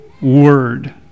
word